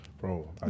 Bro